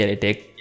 take